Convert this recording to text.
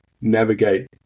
navigate